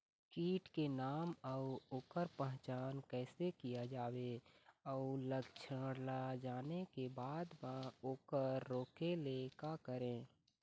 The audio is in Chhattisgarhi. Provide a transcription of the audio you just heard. कीट के नाम अउ ओकर पहचान कैसे किया जावे अउ लक्षण ला जाने के बाद मा ओकर रोके ले का करें?